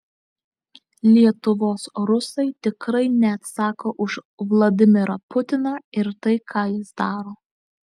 lietuvos rusai tikrai neatsako už vladimirą putiną ir tai ką jis daro